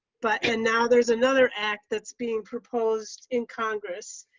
but and now there's another act that's being proposed in congress,